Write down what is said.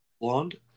blonde